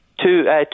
two